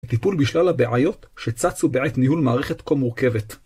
טיפול בשלל הבעיות שצצו בעת ניהול מערכת כה מורכבת.